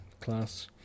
Class